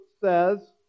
says